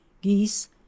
geese